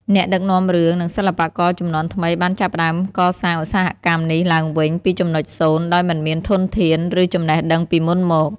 អ្នកដឹកនាំរឿង និងសិល្បករជំនាន់ថ្មីបានចាប់ផ្តើមកសាងឧស្សាហកម្មនេះឡើងវិញពីចំណុចសូន្យ ដោយមិនមានធនធាន ឬចំណេះដឹងពីមុនមក។